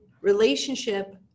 relationship